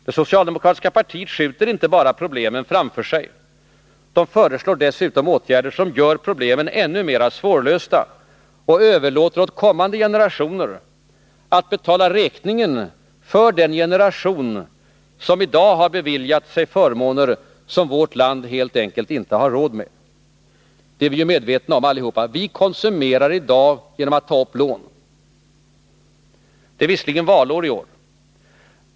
Det socialdemokratiska partiet inte bara skjuter problemen framför sig. Det föreslår dessutom åtgärder som gör problemen ännu mer svårlösta. De överlåter åt kommande generationer att betala räkningen för den generation som i dag har beviljat sig förmåner som vårt land helt enkelt inte har råd med. Vi är alla medvetna om att vi i dag konsumerar genom att ta upp lån. Det är visserligen valår i år.